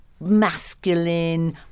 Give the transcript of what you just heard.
masculine